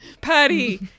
Patty